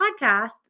podcast